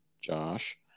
josh